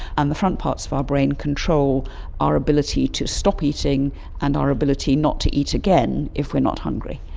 and the front parts of our brain control our ability to stop eating and our ability not to eat again if we are not hungry.